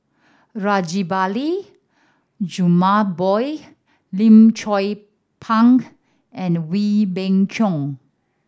Rajabali Jumabhoy Lim Chong Pang and Wee Beng Chong